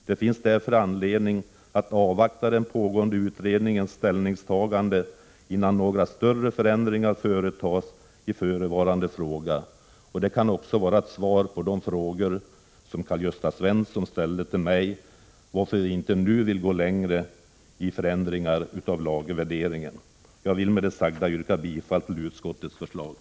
Det finns därför anledning att avvakta den pågående utredningens ställningstagande innan några större förändringar företas i förevarande fråga. Det kan också vara ett svar på den fråga som Karl-Gösta Svenson ställde till mig om varför vi inte nu vill gå längre beträffande förändringar av lagervärderingen. Jag vill med det sagda yrka bifall till utskottets hemställan.